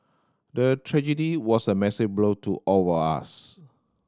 the tragedy was a massive blow to all of us